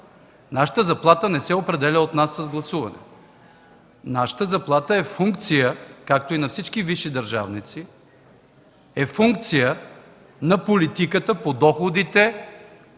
Нашата заплата не се определя от нас с гласуване. Нашата заплата, както и на всички висши държавници, е функция на политиката по доходите,